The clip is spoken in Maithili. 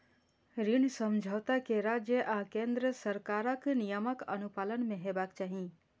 ऋण समझौता कें राज्य आ केंद्र सरकारक नियमक अनुपालन मे हेबाक चाही